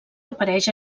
apareix